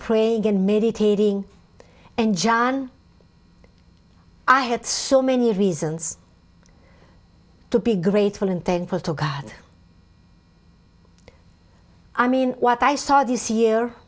praying and meditating and john i had so many reasons to be grateful and thankful to god i mean what i saw this year